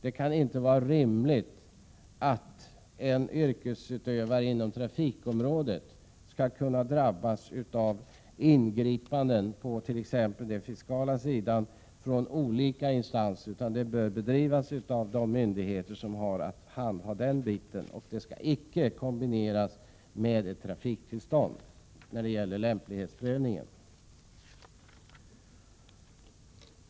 Det kan inte vara möjligt att en yrkesutövare inom trafikområdet skall kunna drabbas av ingripanden på t.ex. den fiskala sidan från olika instanser, utan sådant bör bedrivas av de myndigheter som har att handha den biten och det skall icke kombineras med lämplighetsprövning och trafiktillstånd.